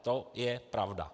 To je pravda.